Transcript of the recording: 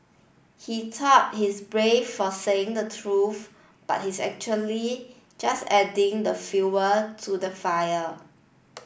he thought he's brave for saying the truth but he's actually just adding fuel to the fire